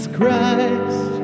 Christ